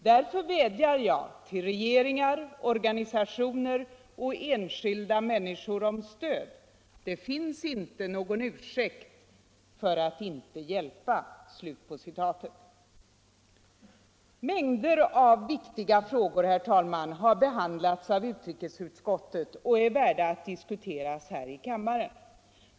Därför vädjar jag till regeringar, organisationer och enskilda människor om stöd; det finns inte någon ursäkt för att inte hjälpa.” Mängder av viktiga frågor har behandlats av utrikesutskottet och är värda att diskuteras här i kammaren.